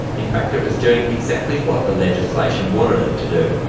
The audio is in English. in fact it was doing exactly what the legislation wanted it to do.